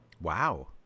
Wow